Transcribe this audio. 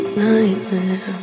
nightmare